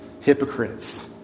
hypocrites